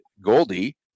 Goldie